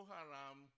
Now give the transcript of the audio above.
Haram